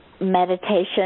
Meditation